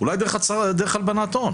אולי דרך הלבנת הון.